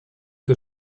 que